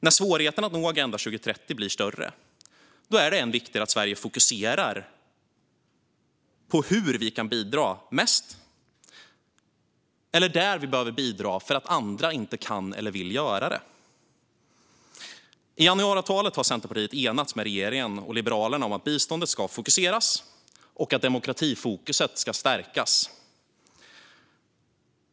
När svårigheterna att nå målen i Agenda 2030 blir större är det ännu viktigare att Sverige fokuserar på hur vi kan bidra mest och på var vi behöver bidra därför att andra inte kan eller vill göra det. I januariavtalet har Centerpartiet enats med regeringen och Liberalerna om att biståndet ska fokuseras och att demokratifokuset ska stärkas.